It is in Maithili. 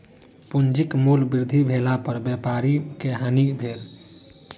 पूंजीक मूल्य वृद्धि भेला पर व्यापारी के हानि भेल